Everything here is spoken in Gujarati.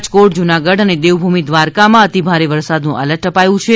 રાજકોટ જુનાગઢ અને દેવભૂમિ દ્વારકામાં અતિ ભારે વરસાદનું એલર્ટ અપાયું છે